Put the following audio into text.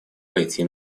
пойти